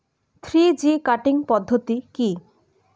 Three G cutting পদ্ধতি কি?